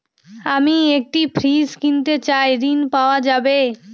আমি একটি ফ্রিজ কিনতে চাই ঝণ পাওয়া যাবে?